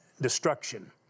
destruction